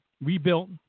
rebuilt